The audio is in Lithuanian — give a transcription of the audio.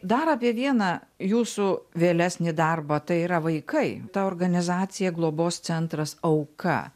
dar apie vieną jūsų vėlesnį darbą tai yra vaikai ta organizacija globos centras auka